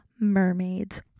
mermaids